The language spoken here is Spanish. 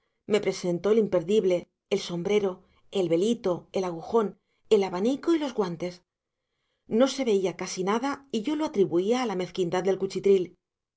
me presentó el imperdible el sombrero el velito el agujón el abanico y los guantes no se veía casi nada y yo lo atribuía a la mezquindad del cuchitril